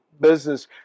business